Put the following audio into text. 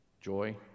joy